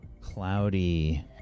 cloudy